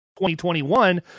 2021